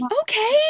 Okay